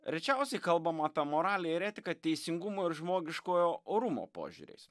rečiausiai kalbama apie moralę ir etiką teisingumo ir žmogiškojo orumo požiūriais